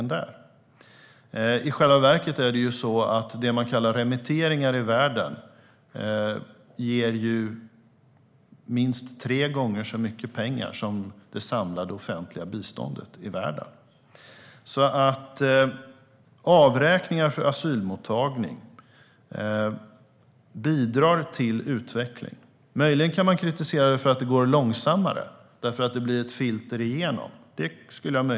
I själva verket ger det man kallar remitteringar minst tre gånger så mycket pengar som det samlade offentliga biståndet i världen. Avräkningar för asylmottagning bidrar till utveckling. Man kan möjligen kritisera det för att det går långsammare därför att det blir ett filter som det ska gå igenom.